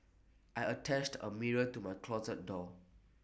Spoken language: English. I attached A mirror to my closet door